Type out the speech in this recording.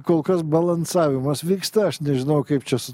kol kas balansavimas vyksta aš nežinau kaip čia su